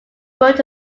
wrote